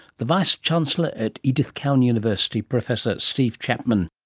the vice-chancellor at edith cowan university, professor steve chapman